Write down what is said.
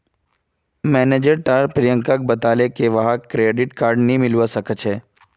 manager टा प्रियंकाक बताले की वहाक क्रेडिट कार्ड नी मिलवा सखछे